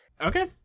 Okay